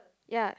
ya